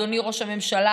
אדוני ראש הממשלה,